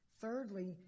Thirdly